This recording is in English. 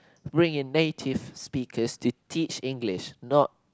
bring in native speakers to teach English not